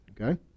Okay